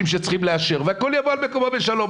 שצריכים לאשר והכל יבוא על מקומו בשלום.